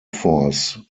force